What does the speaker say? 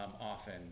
often